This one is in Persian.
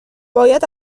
باید